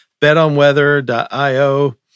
betonweather.io